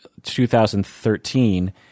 2013